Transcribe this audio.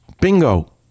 Bingo